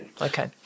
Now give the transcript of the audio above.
Okay